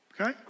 okay